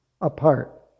apart